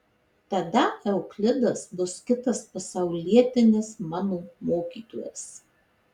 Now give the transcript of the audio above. tada euklidas bus kitas pasaulietinis mano mokytojas